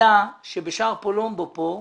תדע שבשער פולומבו כאן